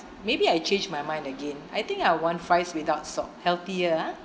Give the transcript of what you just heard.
maybe I change my mind again I think I want fries without salt healthier ah